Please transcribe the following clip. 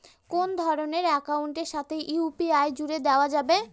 কোন ধরণের অ্যাকাউন্টের সাথে ইউ.পি.আই জুড়ে দেওয়া যাবে?